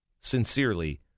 Sincerely